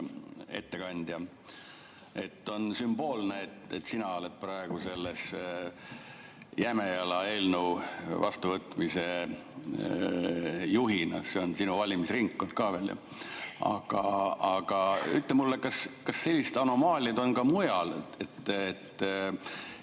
ettekandja! On sümboolne, et sina oled praegu selle Jämejala eelnõu vastuvõtmise juht, see on sinu valimisringkond ka veel. Aga ütle mulle, kas sellist anomaaliat on ka mujal, et